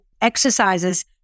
exercises